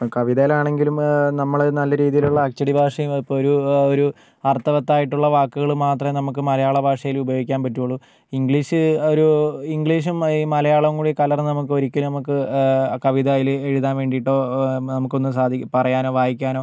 ഇപ്പം കവിതയിലാണെങ്കിലും നമ്മള് നല്ല രീതിയിലുള്ള അച്ചടി ഭാഷയും ഇപ്പോൾ ഒരു ഒരു അർത്ഥവത്തായിട്ടുള്ള വാക്കുകള് മാത്രമെ നമുക്ക് മലയാള ഭാഷയില് ഉപയോഗിക്കാൻ പറ്റുള്ളൂ ഇംഗ്ലീഷ് ഒരു ഇംഗ്ലീഷും ഈ മലയാളവും കൂടി കലർന്ന് നമുക്ക് ഒരിക്കലും നമുക്ക് കവിതയിൽ എഴുതാൻ വേണ്ടിയിട്ടൊ നമുക്കൊന്നും സാധിക്കൂ പറയാനോ വായിക്കാനോ